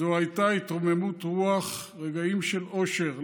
זו הייתה התרוממות רוח, רגעים של אושר.